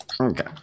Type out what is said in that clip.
Okay